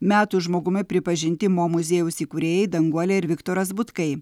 metų žmogumi pripažinti mo muziejaus įkūrėjai danguolė ir viktoras butkai